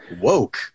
woke